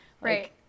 Right